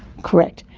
correct,